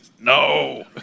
no